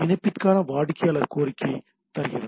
இணைப்புக்கான வாடிக்கையாளர் கோரிக்கை தருகிறது